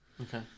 Okay